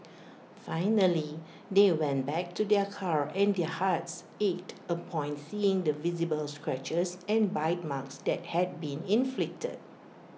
finally they went back to their car and their hearts ached upon seeing the visible scratchers and bite marks that had been inflicted